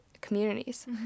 communities